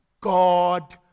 God